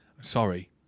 Sorry